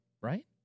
right